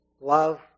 Love